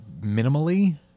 minimally